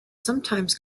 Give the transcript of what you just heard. sometimes